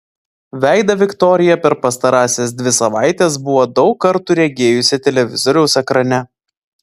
veidą viktorija per pastarąsias dvi savaites buvo daug kartų regėjusi televizoriaus ekrane